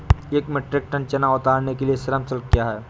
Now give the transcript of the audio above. एक metric ton चना उतारने के लिए श्रम शुल्क क्या है?